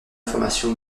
formation